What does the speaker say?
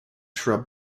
shrub